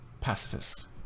pacifists